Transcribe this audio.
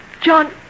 John